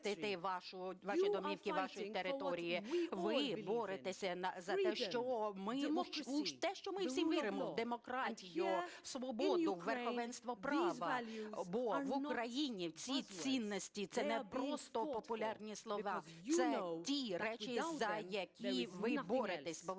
Ви боретеся за те, у що ми всі віримо – в демократію, в свободу, у верховенство права, бо в Україні ці цінності – це не просто популярні слова, це ті речі, за які ви боретеся,